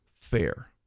fair